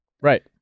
Right